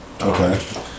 okay